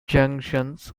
junctions